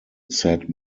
said